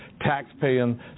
taxpaying